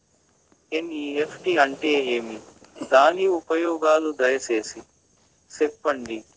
NEFT అంటే ఏమి? దాని ఉపయోగాలు దయసేసి సెప్పండి?